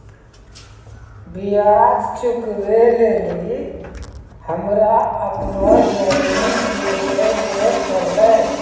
ब्याज चुकबै लेली हमरा अपनो जमीन बेचै ले पड़लै